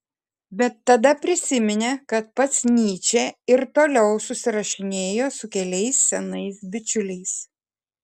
bet tada prisiminė kad pats nyčė ir toliau susirašinėjo su keliais senais bičiuliais